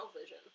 vision